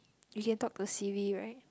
you can talk to Siri right